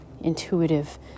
intuitive